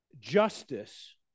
justice